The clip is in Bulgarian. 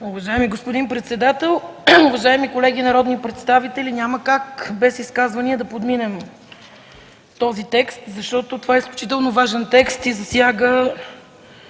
Уважаеми господин председател, уважаеми колеги народни представители! Няма как без изказвания да подминем този текст, защото той е изключително важен и засяга